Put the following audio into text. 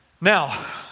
Now